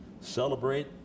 Celebrate